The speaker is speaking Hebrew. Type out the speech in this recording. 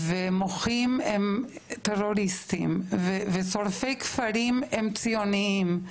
ומוחים הם טרוריסטים, ושורפי כפרים הם ציונים.